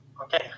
Okay